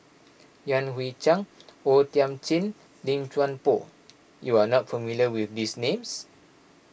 Yan Hui Chang O Thiam Chin Lim Chuan Poh you are not familiar with these names